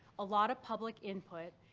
a lot of public input,